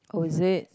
oh is it